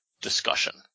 discussion